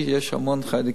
יש המון חיידקים.